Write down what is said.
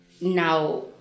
now